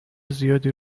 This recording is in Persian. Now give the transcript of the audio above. زیادی